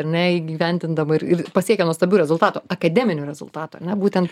ar ne įgyvendindama ir ir pasiekė nuostabių rezultatų akademinių rezultatų ar ne būtent